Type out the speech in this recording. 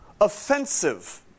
offensive